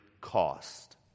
cost